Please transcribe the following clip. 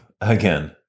again